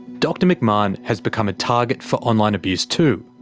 dr mcmahon has become a target for online abuse too.